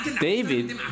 David